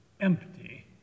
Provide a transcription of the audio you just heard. empty